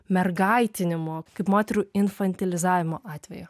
mergaitinimo kaip moterų infantilizmo atvejo